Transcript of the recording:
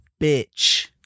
Bitch